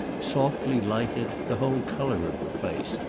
softly lighted, the whole colour of the place,